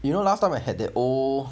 you know last time I had that old